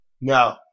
No